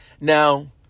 Now